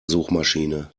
suchmaschine